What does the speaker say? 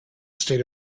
state